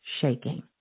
shaking